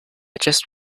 just